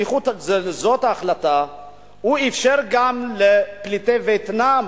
בסמיכות להחלטה הזאת הוא אפשר גם לפליטי וייטנאם